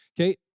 Okay